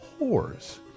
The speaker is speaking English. Whores